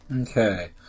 Okay